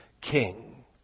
King